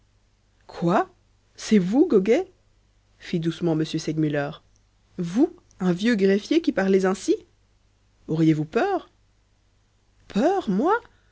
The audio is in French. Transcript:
quoi c'est vous goguet fit doucement m segmuller vous un vieux greffier qui parlez ainsi auriez-vous peur peur moi